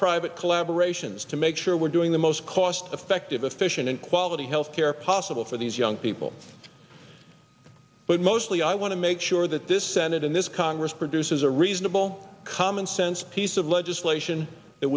private collaboration's to make sure we're doing the most cost effective efficient and quality health care possible for these young people but mostly i want to make sure that this senate and this congress produces a reasonable commonsense piece of legislation that